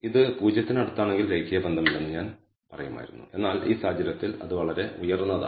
ഇത് 0 ന് അടുത്താണെങ്കിൽ രേഖീയ ബന്ധമില്ലെന്ന് ഞാൻ പറയുമായിരുന്നു എന്നാൽ ഈ സാഹചര്യത്തിൽ അത് വളരെ ഉയർന്നതാണ്